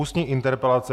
Ústní interpelace